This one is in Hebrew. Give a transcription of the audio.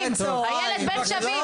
הילד בין שווים.